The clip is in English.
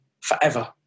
forever